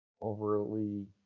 overly